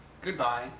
Goodbye